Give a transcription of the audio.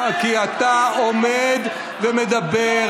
כי אתה עומד ומדבר